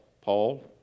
Paul